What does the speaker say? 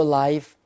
life